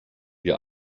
wir